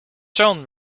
shown